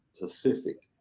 Pacific